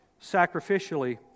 sacrificially